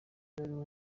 baruwa